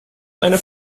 eine